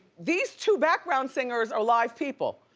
these two background singers are live people.